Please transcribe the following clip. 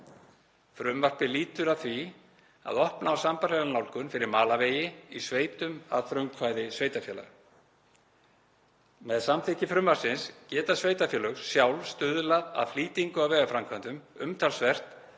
Frumvarpið lýtur að því að opna á sambærilega nálgun fyrir malarvegi í sveitum að frumkvæði sveitarfélaga. Með samþykkt frumvarpsins geta sveitarfélög sjálf stuðlað að flýtingu á vegaframkvæmdum umtalsvert